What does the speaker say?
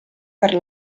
per